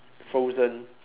frozen